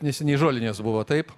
neseniai žolinės buvo taip